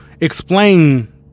explain